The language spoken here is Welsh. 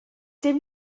dim